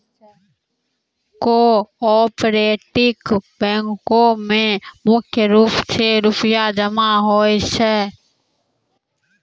cooperative बैंको म मुख्य रूप से रूपया जमा होय छै